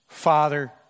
Father